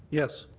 yes.